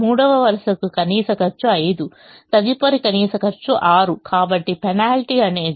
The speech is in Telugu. మూడవ వరుసకు కనీస ఖర్చు 5 తదుపరి కనీస ఖర్చు 6 కాబట్టి పెనాల్టీ అనేది 6 5 ఇది 1